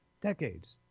Decades